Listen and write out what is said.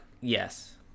yes